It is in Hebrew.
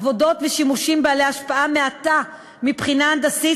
עבודות ושימושים בעלי השפעה מעטה מבחינה הנדסית,